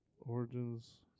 origins